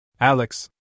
Alex